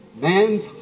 Man's